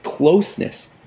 closeness